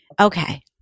Okay